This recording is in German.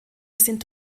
sind